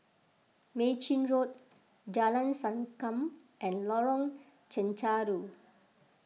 Mei Chin Road Jalan Sankam and Lorong Chencharu